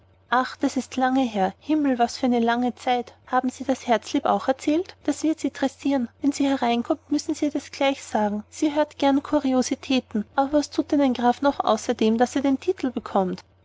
ach das ist lange her himmel was für eine lange zeit haben sie das herzlieb auch erzählt das wird sie tressieren wenn sie hereinkommt müssen wir ihr das gleich sagen sie hört so gern kuriositäten aber was thut denn ein graf noch außerdem daß er den titel bekommt